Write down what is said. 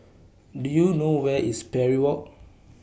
Do YOU know Where IS Parry Walk